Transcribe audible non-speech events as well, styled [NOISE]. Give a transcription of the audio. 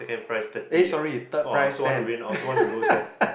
eh sorry third prize ten [LAUGHS]